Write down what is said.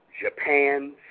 Japan